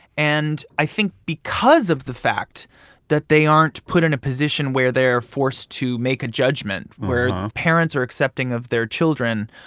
and i think because of the fact that they aren't put in a position where they're forced to make a judgment, where parents are accepting of their children,